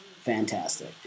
fantastic